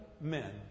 men